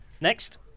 Next